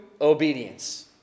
obedience